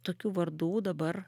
tokių vardų dabar